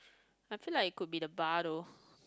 I felt like could be the bar though